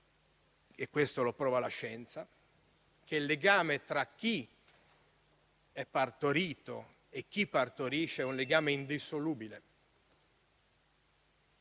e questo lo prova la scienza - che il legame tra chi è partorito e chi partorisce è indissolubile.